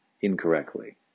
incorrectly